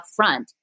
upfront